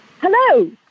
Hello